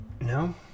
no